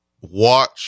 watch